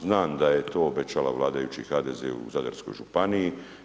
Znam da je to obećala vladajući HDZ u Zadarskoj županiji.